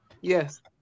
Yes